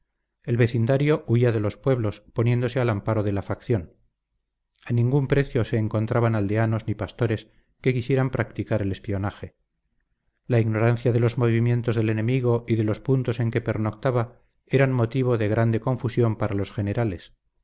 el vecindario huía de los pueblos poniéndose al amparo de la facción a ningún precio se encontraban aldeanos ni pastores que quisieran practicar el espionaje la ignorancia de los movimientos del enemigo y de los puntos en que pernoctaba eran motivo de grande confusión para los generales